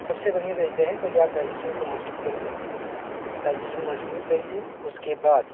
सबसे बढ़िया तरीका है पहले आप डाइजेशन को मजबूत करिए डाइजेशन मजबूत करिए उसके बाद